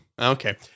Okay